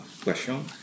question